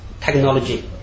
technology